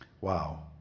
Wow